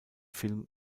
film